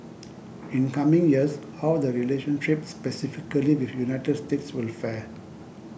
in coming years how the relationship specifically with United States will fare